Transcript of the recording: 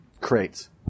crates